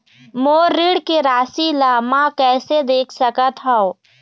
मोर ऋण के राशि ला म कैसे देख सकत हव?